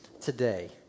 today